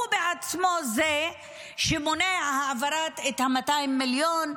הוא בעצמו זה שמונע את העברת ה-200 מיליון,